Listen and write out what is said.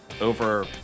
over